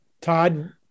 todd